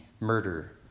murder